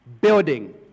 building